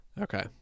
Okay